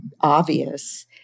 obvious